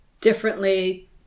differently